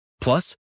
Plus